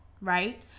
right